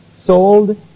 sold